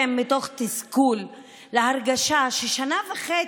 מתוך תסכול והרגשה שבשנה וחצי,